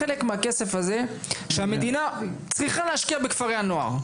אם אני אקח חלק מהכסף הזה שהמדינה צריכה להשקיע בכפרי הנוער,